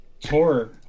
horror